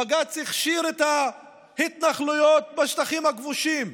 בג"ץ הכשיר את ההתנחלויות בשטחים הכבושים.